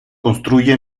construye